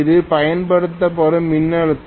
இது பயன்படுத்தப்படும் மின்னழுத்தம்